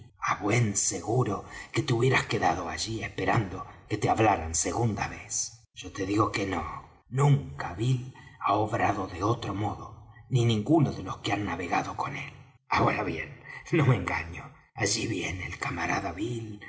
á buen seguro que te hubieras quedado allí esperando que te hablaran segunda vez yo te digo que no nunca bill ha obrado de otro modo ni ninguno de los que han navegado con él ahora bien no me engaño allí viene el camarada bill